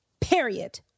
period